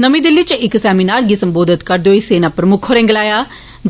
नमीं दिल्ली इच इक सेमिनार गी संबोधित करदे होई सेना प्रमुख होरें गलाया